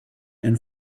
and